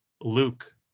Luke